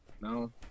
no